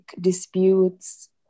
disputes